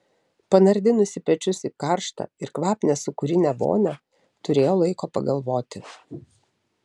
panardinusi pečius į karštą ir kvapnią sūkurinę vonią turėjo laiko pagalvoti